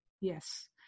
Yes